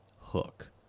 hook